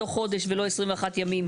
בתוך חודש ולא 21 ימים.